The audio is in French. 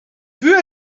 fut